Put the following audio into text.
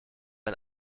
ein